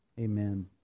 Amen